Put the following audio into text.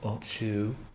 two